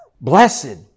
Blessed